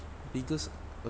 biggest